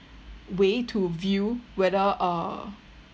way to view whether err